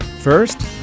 First